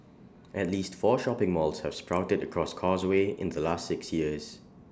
at least four shopping malls have sprouted across causeway in the last six years